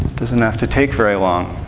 doesn't have to take very long.